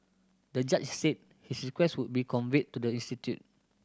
the judge said his request would be conveyed to the institute